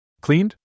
Cleaned